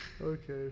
Okay